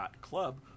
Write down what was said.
club